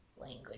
language